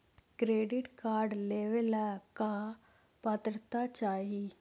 Credit card लेवेला का पात्रता चाही?